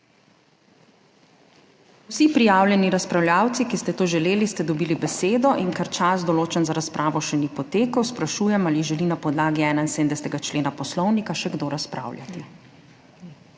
Vsi prijavljeni razpravljavci, ki ste to želeli, ste dobili besedo. In ker čas, določen za razpravo še ni potekel, sprašujem ali želi na podlagi 71. člena poslovnika še kdo razpravljati?